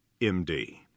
md